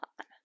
on